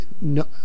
no